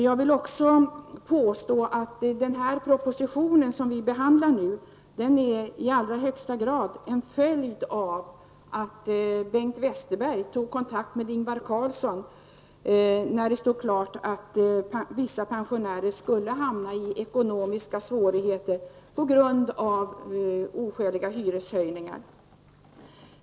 Jag vill också påstå att den proposition som vi behandlar i dag i allra högsta grad är en följd av att Bengt Westerberg tog kontakt med Ingvar Carlsson när det stod klart att vissa pensionärer skulle hamna i ekonomiska svårigheter på grund av oskäliga hyreshöjningar.